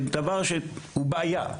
זה דבר שהוא בעיה,